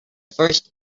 first